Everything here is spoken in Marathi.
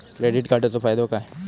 क्रेडिट कार्डाचो फायदो काय?